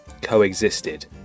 coexisted